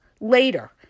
later